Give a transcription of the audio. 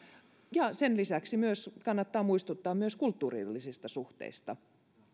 ja sen lisäksi kannattaa muistuttaa myös kulttuurillisista suhteista